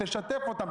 תשתף אותם,